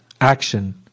action